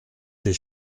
des